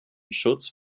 schutz